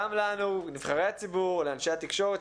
גם לנו נבחרי הציבור, לאנשי התקשורת.